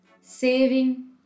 Saving